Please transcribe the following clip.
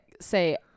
say